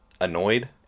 annoyed